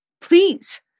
please